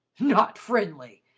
not friendly!